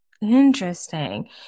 Interesting